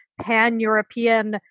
pan-European